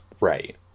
right